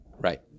Right